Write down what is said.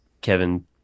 Kevin